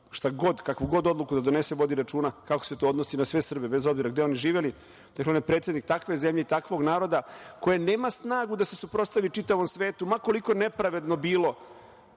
šta god, kakvu god odluku da donese, vodi računa kako se to odnosi na sve Srbe bez obzira gde oni živeli. Dakle, on je predsednik takve zemlje i takvog naroda koja nema snagu da se suprotstavi čitavom svetu ma koliko nepravedni bili